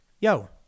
Yo